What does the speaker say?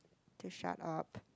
to shut up